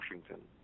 Washington